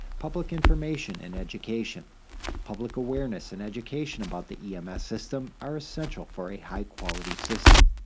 public information and education public awareness and education about the ems system are essential for a high quality system.